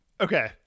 Okay